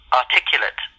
articulate